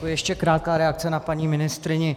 Ještě krátká reakce na paní ministryni.